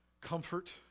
comfort